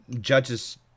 Judge's